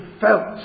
felt